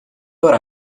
hora